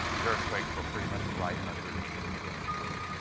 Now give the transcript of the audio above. these earthquakes were pretty much right underneath the reservoir.